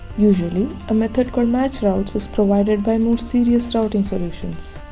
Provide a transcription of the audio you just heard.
usually a method called matchroutes is provided by more serious routing solutions